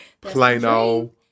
Plano